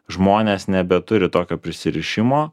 žmonės nebeturi tokio prisirišimo